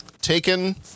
taken